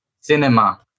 cinema